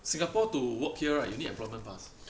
Singapore to work here right you need employment pass